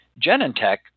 Genentech